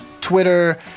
Twitter